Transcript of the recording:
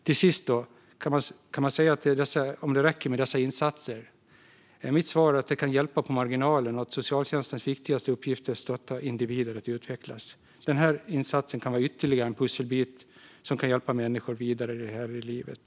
Till sist: Räcker då dessa insatser? Mitt svar är att det kan hjälpa på marginalen, och att socialtjänsten viktigaste uppgift är att stötta individer att utvecklas. Den här insatsen kan vara ytterligare en pusselbit som kan hjälpa människor vidare i livet.